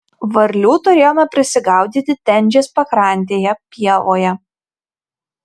varlių turėjome prisigaudyti tenžės pakrantėje pievoje